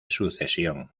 sucesión